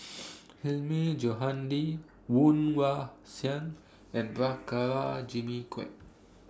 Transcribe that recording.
Hilmi Johandi Woon Wah Siang and Prabhakara Jimmy Quek